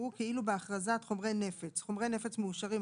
כאילו באכרזת חומרי נפץ (חומרי נפץ מאושרים),